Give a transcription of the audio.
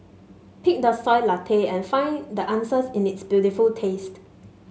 pick the Soy Latte and find the answers in its beautiful taste